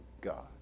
God